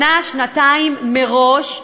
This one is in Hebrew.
שנה-שנתיים מראש,